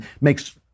makes